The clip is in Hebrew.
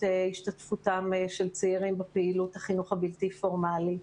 השתתפותם של צעירים בפעילות החינוך הבלתי פורמלי.